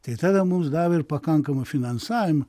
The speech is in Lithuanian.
tai tada mums davė pakankamą finansavimą